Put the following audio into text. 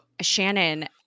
Shannon